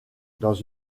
dans